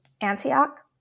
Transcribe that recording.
Antioch